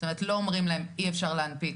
זאת אומרת לא אומרים להם אי אפשר להנפיק.